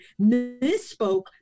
misspoke